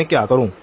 तो मैं क्या करूं